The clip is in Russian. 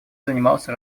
занимался